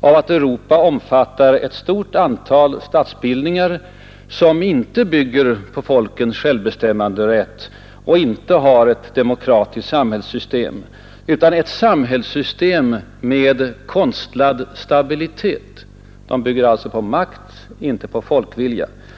av att Europa omfattar ett stort antal statsbildningar som inte bygger på folkens självbestämmanderätt och som inte har ett demokratiskt samhällssystem, utan ett samhällssystem med konstlad stabilitet. De bygger alltså på makt, inte på folkvilja.